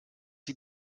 sie